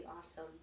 awesome